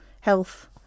health